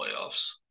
playoffs